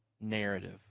narrative